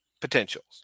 potentials